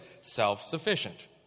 self-sufficient